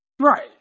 Right